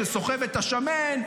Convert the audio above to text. שסוחב את השמן,